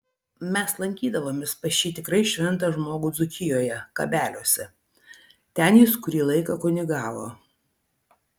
mes lankydavomės pas šį tikrai šventą žmogų dzūkijoje kabeliuose ten jis kurį laiką kunigavo